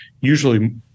usually